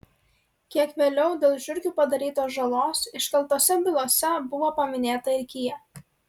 kiek vėliau dėl žiurkių padarytos žalos iškeltose bylose buvo paminėta ir kia